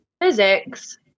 physics